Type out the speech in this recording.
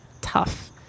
tough